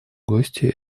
гости